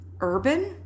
urban